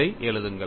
இதை எழுதுங்கள்